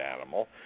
animal